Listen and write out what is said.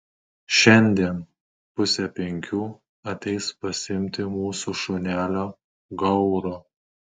šiandien pusę penkių ateis pasiimti mūsų šunelio gauro